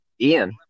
Ian